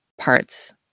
parts